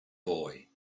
boy